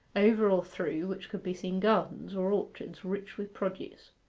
over or through which could be seen gardens or orchards rich with produce.